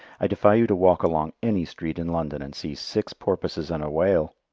i defy you to walk along any street in london and see six porpoises and a whale!